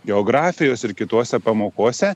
geografijos ir kitose pamokose